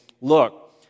look